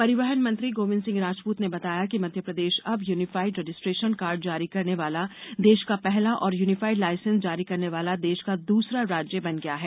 परिवहन मंत्री गोविंद सिंह राजपूत ने बताया है कि मध्यप्रदेश अब यूनिफाइड रजिस्ट्रेशन कार्ड जारी करने वाला देश का पहला और यूनिफाइड लायसेंस जारी करने वाला देश का दूसरा राज्य बन गया है